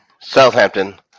Southampton